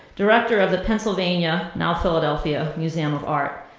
director of the pennsylvania, now philadelphia, museum of art.